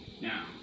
Now